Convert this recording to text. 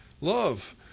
love